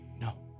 no